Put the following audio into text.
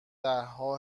دهها